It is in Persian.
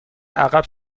عقب